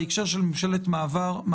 בהקשר של ממשלת מעבר,